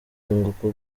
yunguka